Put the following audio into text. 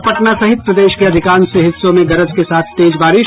और पटना सहित प्रदेश के अधिकांश हिस्सों में गरज के साथ तेज बारिश